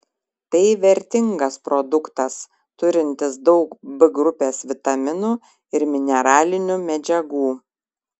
tai vertingas produktas turintis daug b grupės vitaminų ir mineralinių medžiagų